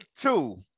Two